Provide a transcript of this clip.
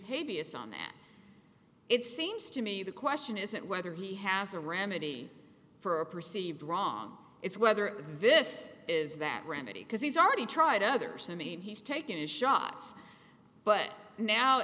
b s on that it seems to me the question isn't whether he has a remedy for a perceived wrong it's whether this is that remedy because he's already tried others i mean he's taken his shots but now